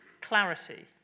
clarity